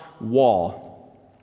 wall